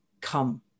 come